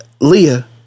Leah